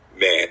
Man